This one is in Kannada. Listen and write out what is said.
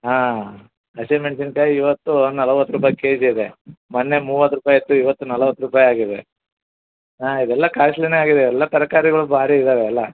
ಹಾಂ ಹಸಿ ಮೆಣ್ಸಿನ್ಕಾಯಿ ಇವತ್ತು ನಲ್ವತ್ತು ರೂಪಾಯಿ ಕೆ ಜಿ ಇದೆ ಮೊನ್ನೆ ಮೂವತ್ತು ರೂಪಾಯಿ ಇತ್ತು ಇವತ್ತು ನಲ್ವತ್ತು ರೂಪಾಯಿ ಆಗಿದೆ ಹಾಂ ಇದೆಲ್ಲ ಕಾಸ್ಟ್ಲಿನೇ ಆಗಿದೆ ಎಲ್ಲ ತರಕಾರಿಗಳು ಭಾರಿ ಇದಾವೆ ಎಲ್ಲ